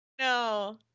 no